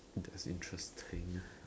that's interesting